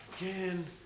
again